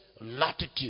latitude